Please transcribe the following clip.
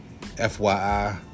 FYI